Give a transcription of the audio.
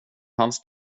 hans